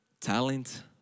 talent